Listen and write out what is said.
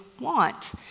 want